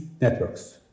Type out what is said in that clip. networks